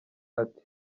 ati